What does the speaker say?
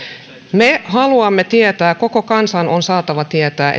me haluamme tietää koko kansan on saatava tietää